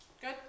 good